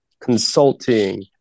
consulting